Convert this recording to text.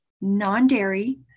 non-dairy